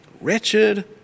wretched